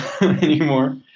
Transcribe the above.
anymore